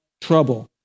trouble